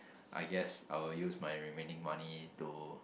I guess I will use my remaining money to